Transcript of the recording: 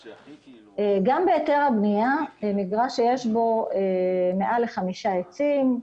גם בהיתר הבנייה, מגרש שיש בו מעל לחמישה עצים,